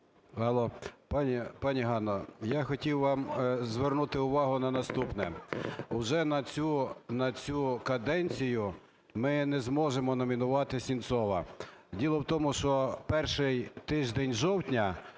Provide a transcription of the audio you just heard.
М.В. Пані Ганно, я хотів вам звернути увагу на наступне. Вже на цю каденцію ми не зможемо номінувати Сенцова. Діло в тому, що перший тиждень жовтня